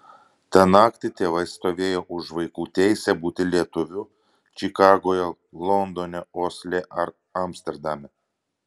tą naktį tėvai stovėjo už vaikų teisę būti lietuviu čikagoje londone osle ar amsterdame